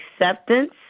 Acceptance